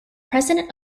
president